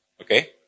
okay